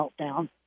meltdown